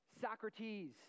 Socrates